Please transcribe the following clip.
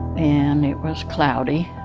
and it was cloudy,